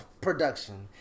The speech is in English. production